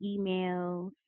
emails